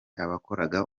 abakoraga